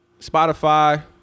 Spotify